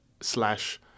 slash